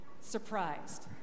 surprised